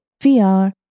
VR